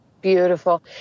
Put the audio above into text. beautiful